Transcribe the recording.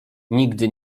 nigdy